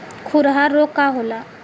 खुरहा रोग का होला?